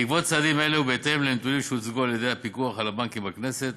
בעקבות צעדים אלה ובהתאם לנתונים שהוצגו על-ידי הפיקוח על הבנקים בכנסת,